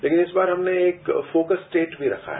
लेकिन इस बार हमने एक फोकस स्टेट भी रखा है